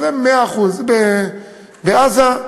בעזה,